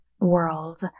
world